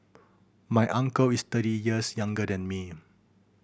my uncle is thirty years younger than me